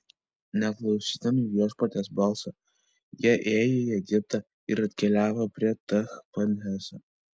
neklausydami viešpaties balso jie ėjo į egiptą ir atkeliavo prie tachpanheso